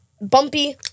bumpy